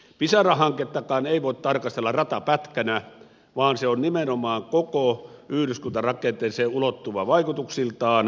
pisara hankettakaan ei voi tarkastella ratapätkänä vaan se on nimenomaan koko yhdyskuntarakenteeseen ulottuva vaikutuksiltaan